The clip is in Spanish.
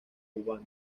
humana